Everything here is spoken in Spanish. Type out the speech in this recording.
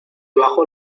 bajó